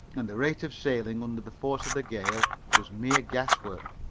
and the rate of sailing under the force of the gale was mere guesswork.